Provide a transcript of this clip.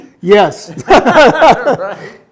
Yes